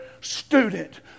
student